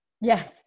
Yes